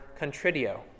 contritio